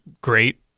Great